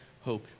hope